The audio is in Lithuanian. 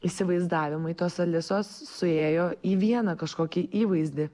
įsivaizdavimai tos alisos suėjo į vieną kažkokį įvaizdį